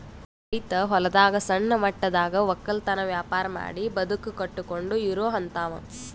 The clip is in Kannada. ರೈತ್ ಹೊಲದಾಗ್ ಸಣ್ಣ ಮಟ್ಟದಾಗ್ ವಕ್ಕಲತನ್ ವ್ಯಾಪಾರ್ ಮಾಡಿ ಬದುಕ್ ಕಟ್ಟಕೊಂಡು ಇರೋಹಂತಾವ